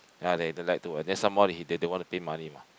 ya they they like to and then some more he they don't want to pay money !wah!